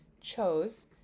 chose